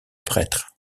prêtre